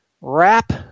wrap